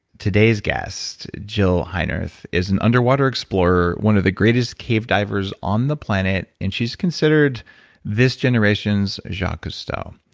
today's guest, jill heinerth, is an underwater explorer, one of the greatest cave divers on the planet, and she's considered this generation's jacque cousteau.